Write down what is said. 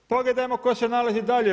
Pogledajmo tko se nalazi dalje u